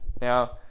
Now